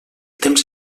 temps